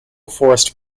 forest